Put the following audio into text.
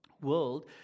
world